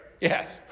Yes